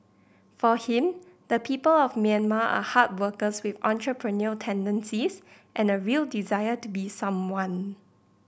for him the people of Myanmar are hard workers with entrepreneurial tendencies and a real desire to be someone